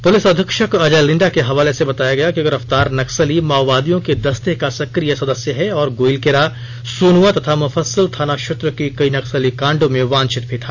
police अधीक्षक अजय लिंडा के हवाले से बताया गया कि गिरफ्तार नक्सली माओवादियों के दस्ते का सक्रिय सदस्य है और गोइलकेरा सोनुआ तथा मुफस्सिल थाना क्षेत्र के कई नक्सली कांडों में वांछित भी था